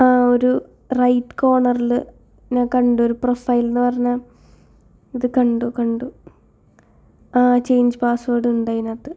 ആ ഒരു റൈറ്റ് കോർണർൽ ഞാൻ കണ്ടു ഒരു പ്രൊഫൈൽന്ന് പറഞ്ഞ അത് കണ്ടു കണ്ടു ആഹ് ചേഞ്ച് പാസ്വേഡ് ഉണ്ട് അതിനകത്ത്